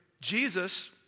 Jesus